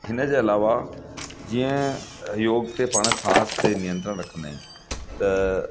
हिन जे अलावा जीअं योग ते पाण सास ते नियंत्रण रखंदा आहियूं त